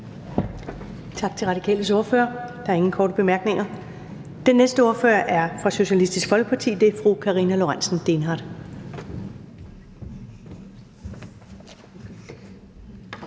Tak til Radikales ordfører. Der er ingen korte bemærkninger. Den næste ordfører er fra Socialistisk Folkeparti, og det er fru Karina Lorentzen Dehnhardt.